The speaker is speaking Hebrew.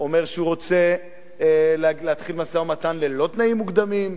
אומר שהוא רוצה להתחיל משא-ומתן ללא תנאים מוקדמים,